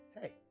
hey